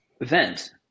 event